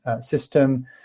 system